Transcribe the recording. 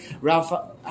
Ralph